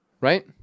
right